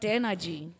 energy